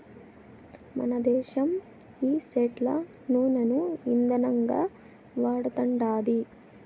మనదేశం ఈ సెట్ల నూనను ఇందనంగా వాడతండాది